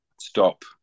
Stop